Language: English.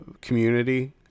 community